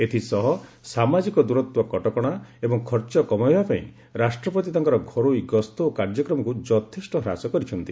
ଏଥିସହ ସାମାଜିକ ଦୂରତ୍ୱ କଟକଣା ଏବଂ ଖର୍ଚ୍ଚ କମାଇବା ପାଇଁ ରାଷ୍ଟ୍ରପତି ତାଙ୍କର ଘରୋଇ ଗସ୍ତ ଓ କାର୍ଯ୍ୟକ୍ରମକୁ ଯଥେଷ୍ଟ ହ୍ରାସ କରିଛନ୍ତି